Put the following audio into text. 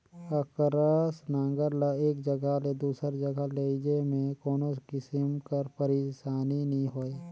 अकरस नांगर ल एक जगहा ले दूसर जगहा लेइजे मे कोनो किसिम कर पइरसानी नी होए